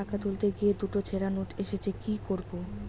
টাকা তুলতে গিয়ে দুটো ছেড়া নোট এসেছে কি করবো?